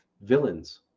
villains